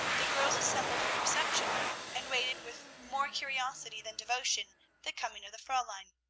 the girls assembled in the reception-room, and waited with more curiosity than devotion the coming of the fraulein.